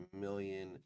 million